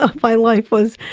ah my life was,